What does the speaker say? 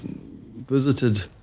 visited